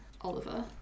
Oliver